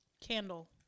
candle